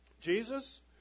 Jesus